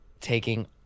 taking